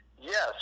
Yes